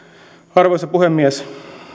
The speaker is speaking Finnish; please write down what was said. arvoisa puhemies